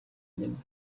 минь